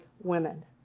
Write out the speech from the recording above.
women